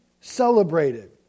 celebrated